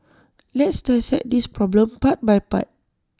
let's dissect this problem part by part